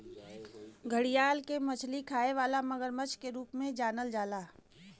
घड़ियाल के मछली खाए वाला मगरमच्छ के रूप में भी जानल जाला